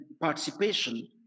participation